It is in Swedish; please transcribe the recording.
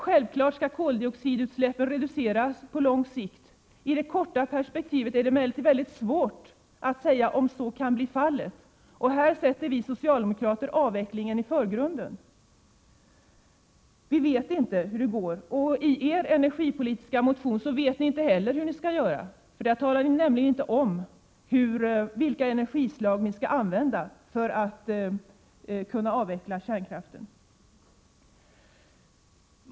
Självfallet skall koldioxidutsläppen reduceras på lång sikt. I det korta perspektivet är det emellertid väldigt svårt att säga om så kan bli fallet. Här sätter vi socialdemokrater avvecklingen av kärnkraften i förgrunden. Vi vet inte exakt hur det går, och i er energipolitiska motion vet ni inte heller hur ni skall göra. Där talar ni nämligen inte om vilka energislag ni skall använda för att kunna avveckla kärnkraften.